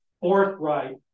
forthright